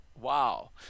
wow